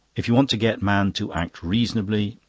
if you want to get men to act reasonably,